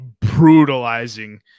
brutalizing